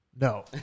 No